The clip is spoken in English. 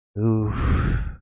Oof